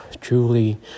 truly